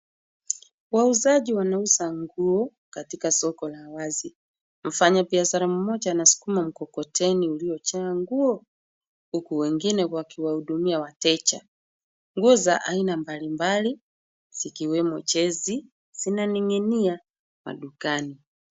Wauzaji wanauza nguo katika soko la wazi. Mfanyabiashara mmoja anasukuma mkokoteni uliyojaa nguo huku wengine wakiwahudumia wateja. Nguo za aina mbalimbali zikiwemo jezi, zinaning'inia madukani.